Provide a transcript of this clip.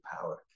power